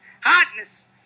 Hotness